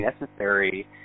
necessary